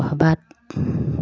ভবাত